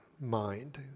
mind